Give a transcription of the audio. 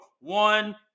One